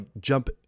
jump